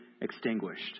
extinguished